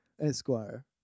Esquire